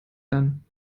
lernen